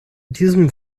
diesem